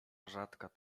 rzadka